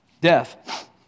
Death